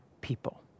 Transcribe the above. people